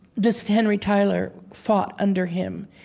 this henry tyler fought under him.